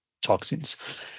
toxins